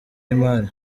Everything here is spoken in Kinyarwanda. y’imari